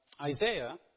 Isaiah